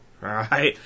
right